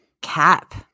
Cap